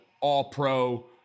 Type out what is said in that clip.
all-pro